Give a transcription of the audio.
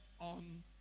on